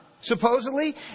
supposedly